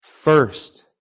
First